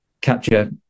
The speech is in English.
capture